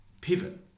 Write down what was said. pivot